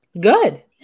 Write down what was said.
Good